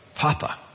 Papa